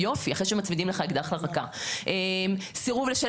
יופי, אחרי שמצמידים לך אקדח לרכה.